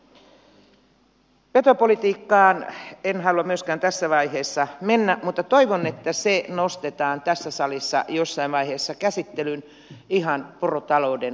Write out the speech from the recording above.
petopolitiikkaan en halua myöskään tässä vaiheessa mennä mutta toivon että se nostetaan tässä salissa jossain vaiheessa käsittelyyn ihan porotaloudenkin kannalta